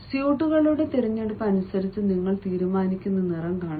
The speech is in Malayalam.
സ്യൂട്ടുകളുടെ തിരഞ്ഞെടുപ്പ് അനുസരിച്ച് നിങ്ങൾ തീരുമാനിക്കുന്ന നിറം കാണുക